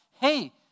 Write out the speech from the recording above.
hey